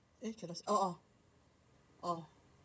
uh cannot oh oh oh